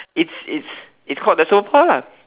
it's it's it's called the sofa lah